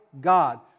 God